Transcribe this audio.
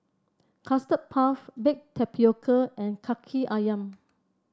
Custard Puff Baked Tapioca and Kaki ayam